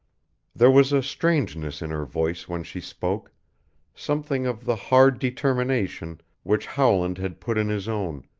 there was a strangeness in her voice when she spoke something of the hard determination which howland had put in his own,